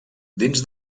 dins